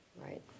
Right